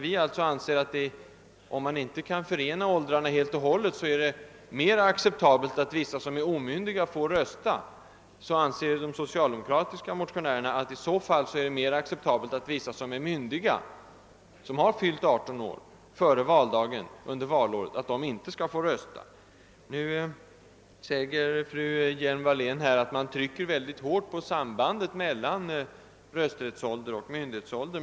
Vi anser att det är mera acceptabelt att vissa som är omyndiga får rösta, om man nu inte kan förena myndighetsoch rösträttsåldrarna helt och hållet. De socialdemokratiska motionärerna däremot anser att det i så fall vore mera acceptabelt att vissa som är myndiga — de som har fyllt 18 år före valdagen under valåret — inte skall få rösta det aktuella valåret. Nu säger fru Hjelm-Wallén, att man i motionen trycker väldigt hårt på sambandet mellan rösträttsålder och myn dighetsålder.